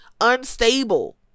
Unstable